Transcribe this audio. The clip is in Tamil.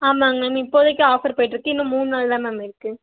ஆமாங்க மேம் இப்போதைக்கு ஆஃபர் போயிட்டுருக்கு இன்னும் மூணு நாள் தான் மேம் இருக்குது